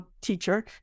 teacher